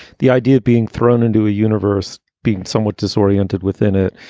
the idea of being thrown into a universe, being somewhat disoriented within it,